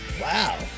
Wow